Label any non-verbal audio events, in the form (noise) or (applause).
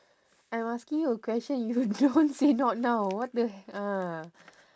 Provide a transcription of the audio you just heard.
I'm asking you a question you don't (laughs) say not now what the ah